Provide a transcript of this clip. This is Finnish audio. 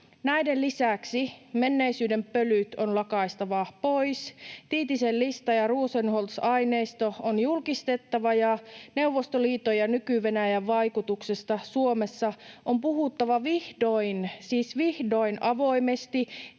Näiden lisäksi menneisyyden pölyt on lakaistava pois. Tiitisen lista ja Rosenholz-aineisto on julkistettava, ja Neuvostoliiton ja nyky-Venäjän vaikutuksesta Suomessa on puhuttava vihdoin — siis vihdoin — avoimesti